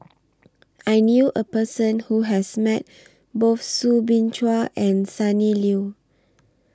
I knew A Person Who has Met Both Soo Bin Chua and Sonny Liew